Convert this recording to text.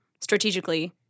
strategically